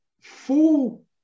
full